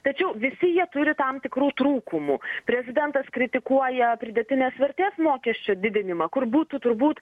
tačiau visi jie turi tam tikrų trūkumų prezidentas kritikuoja pridėtinės vertės mokesčio didinimą kur būtų turbūt